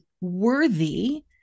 worthy